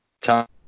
Time